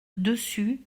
dessus